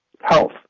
health